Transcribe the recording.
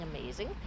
amazing